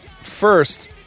First